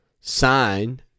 sign